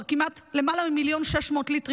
כבר כמעט למעלה מ-1.6 מיליון ליטרים